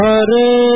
Hare